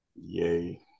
Yay